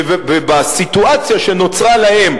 ובסיטואציה שלהם,